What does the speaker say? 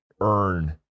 earn